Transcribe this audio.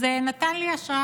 אז זה נתן לי השראה,